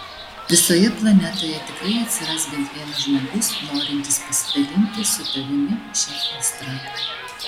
visoje planetoje tikrai atsiras bent vienas žmogus norintis pasidalinti su tavimi šia aistra